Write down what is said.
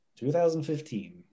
2015